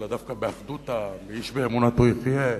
אלא דווקא באחדות העם, ואיש באמונתו יחיה,